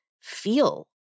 feel